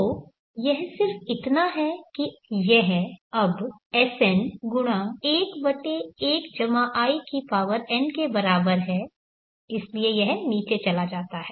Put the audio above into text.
तो यह सिर्फ इतना है कि यह अब Sn11in के बराबर है इसलिए यह नीचे चला जाता है